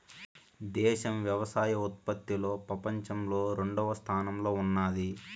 దేశం వ్యవసాయ ఉత్పత్తిలో పపంచంలో రెండవ స్థానంలో ఉన్నాది